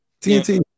TNT